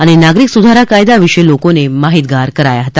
અને નાગરિક સુધારા કાયદા વિશે લોકોને માહિતગાર કરાયા હતા